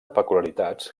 peculiaritats